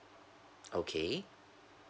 okay